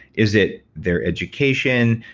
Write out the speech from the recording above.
is it their education?